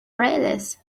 playlist